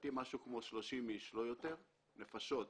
לדעתי משהו כמו 30 איש, לא יותר, נפשות,